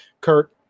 Kurt